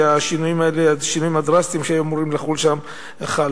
שהשינויים הדרסטיים שהיו אמורים לחול שם חלו,